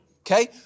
Okay